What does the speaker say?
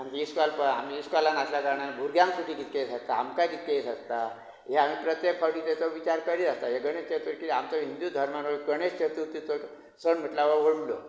आमचें इश्कॉल प् आमी इश्कॉलान आसल्या कारणान भुरग्यांक सुटी कितले दीस आसता आमकां कितके दीस आसता हें आमी प्रत्येक फावटी तेचो विचार करीत आसता हें गणेश चतुर्थी आमचो हिंदू धर्माक गणेश चतुर्थीचो सण म्हटल्यार हो व्हडलो